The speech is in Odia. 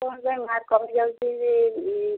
କ'ଣ ପାଇଁ ମାର୍କ କଟିଯାଉଛି